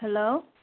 hello